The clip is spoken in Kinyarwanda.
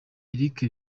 eric